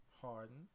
Harden